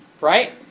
right